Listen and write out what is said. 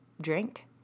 drink